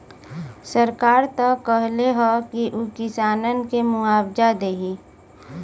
सरकार त कहले हौ की उ किसानन के मुआवजा देही